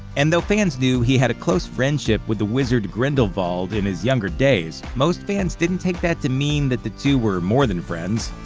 and though fans knew he had a close friendship with the wizard grindelwald in his younger days, most fans didn't take that to mean that the two were more than friends.